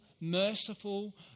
merciful